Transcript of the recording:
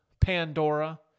Pandora